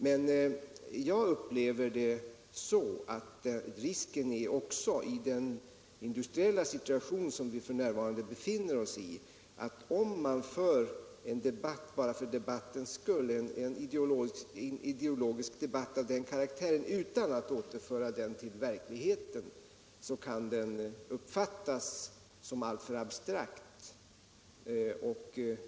Men jag upplever det så, att det också finns en risk att i den industriella situation som vi f. n. befinner oss kan en ideologisk debatt, som förs bara för debattens egen skull och utan att ha någon anknytning till verkligheten, uppfattas som alltför abstrakt.